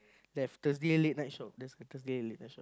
they've Thursday late night shop there's a Thursday late night shop